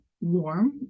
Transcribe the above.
warm